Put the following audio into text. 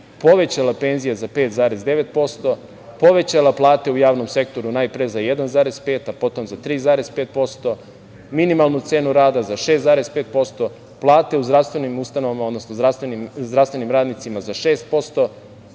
povećala penzije za 5,9%, povećala plate u javnom sektoru najpre za 1,5% a potom za 3,5%, minimalnu cenu rada za 6,5%, plate u zdravstvenim ustanovama